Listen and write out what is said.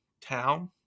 town